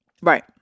Right